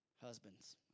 Husbands